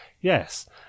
Yes